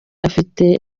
afite